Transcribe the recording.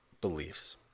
beliefs